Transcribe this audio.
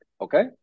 Okay